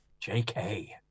JK